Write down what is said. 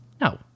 No